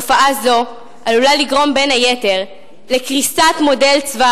תופעה זו עלולה לגרום בין היתר לקריסת מודל צבא